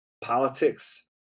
Politics